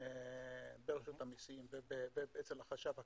ברשות המיסים ואצל החשב הכללי.